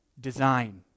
design